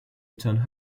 returned